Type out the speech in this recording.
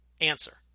answer